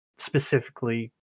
specifically